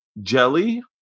Jelly